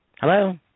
Hello